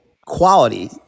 quality